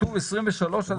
כתוב ב-2027-2023.